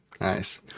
Nice